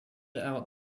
out